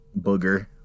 booger